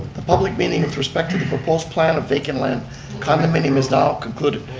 the public meeting with respect to the proposed plan of vacant land condominium is now concluded.